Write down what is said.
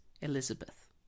Elizabeth